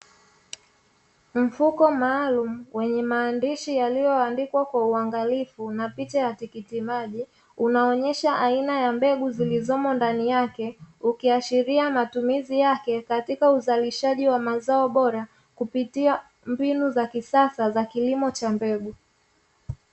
Mfuko maalumu wenye maandishi yaliyoandikwa kwa uangalifu na picha ya tikiti maji, unaonyesha aina ya mbegu zilizomo ndani yake, ukiashiria matumizi yake katika uzalishaji wa mazao bora, kupitia mbinu za kisasa za kilimo cha mbegu.